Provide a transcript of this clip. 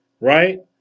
right